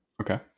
Okay